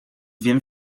wiem